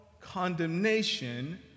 condemnation